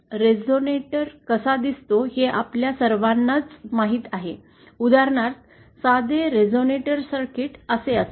resonator कसा दिसतो हे आपल्या सर्वांनाच माहीत आहे उदाहरणार्थ साधे रेझोनेटर सर्किट असे असेल